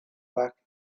back